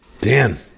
dan